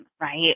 right